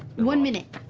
one minute,